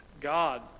God